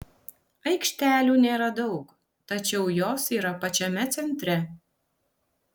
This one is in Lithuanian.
aikštelių nėra daug tačiau jos yra pačiame centre